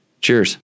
cheers